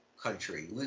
Country